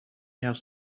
else